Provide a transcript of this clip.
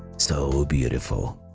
so beautiful.